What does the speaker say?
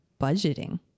budgeting